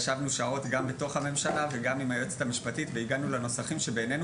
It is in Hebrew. ישבנו שעות גם בתוך הממשלה וגם עם היועצת המשפטית והגענו לנוסחים שבעינינו